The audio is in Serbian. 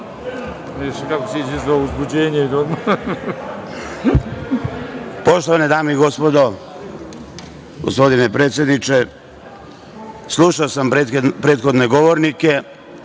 Poštovane dame i gospodo, gospodine predsedniče, slušao sam prethodne govornike